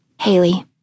Haley